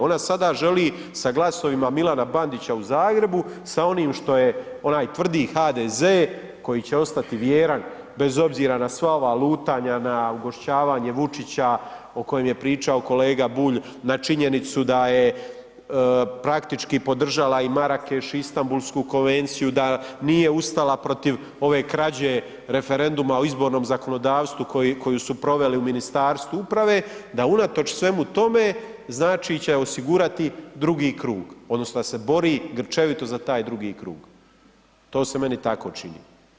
Ona sada želi sa glasovima Milana Bandića u Zagrebu, sa onim što je onaj tvrdi HDZ koji će ostati vjeran bez obzira na sva ova lutanja, na ugošćavanje Vučića o kojem je pričao kolega Bulj, na činjenicu da je praktički podržala i Marakeš i Istanbulsku konvenciju, da nije ustala protiv ove krađe referenduma o izbornom zakonodavstvu koju su proveli u Ministarstvu uprave, da unatoč svemu tome će osigurati drugi krug odnosno da se bori grčevito za taj drugi krug, to se meni tako čini.